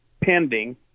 pending